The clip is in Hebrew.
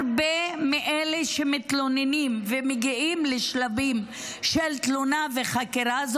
הרבה מאלה שמתלוננים ומגיעים לשלבים של תלונה וחקירה,